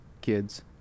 kids